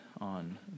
on